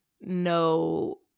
no